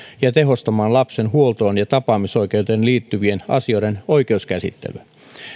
ja tehostamaan lapsen huoltoon ja tapaamisoikeuteen liittyvien asioiden oikeuskäsittelyä